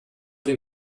den